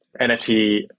NFT